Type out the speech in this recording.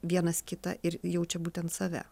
vienas kitą ir jaučia būtent save